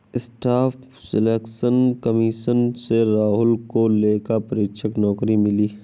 staff selection commission से राहुल को लेखा परीक्षक नौकरी मिली